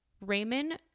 Raymond